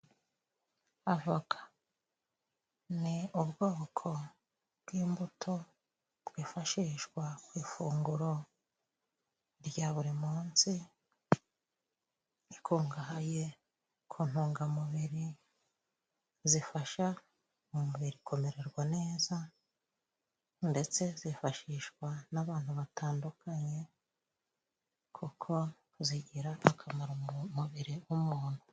Avoka ni ubwoko bw'imbuto twifashishwa ku ifunguro rya buri munsi, ikungahaye ku ntungamubiri zifasha umubiri kumererwa neza ndetse zifashishwa n'abantu batandukanye kuko zigira akamaro mu mubiri w'umuntu.